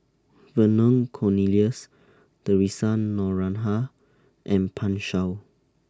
Vernon Cornelius Theresa Noronha and Pan Shou